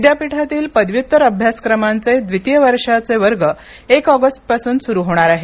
विद्यापीठातील पदव्युत्तर अभ्यासक्रमांचे द्वितीय वर्षाचे वर्ग एक ऑगस्टपासून सुरू होणार आहेत